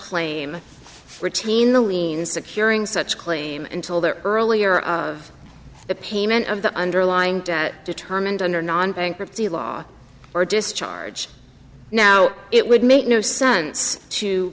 claim retain the lien securing such a claim until the earlier of the payment of the underlying debt determined under non bankruptcy law or discharge now it would make no sense to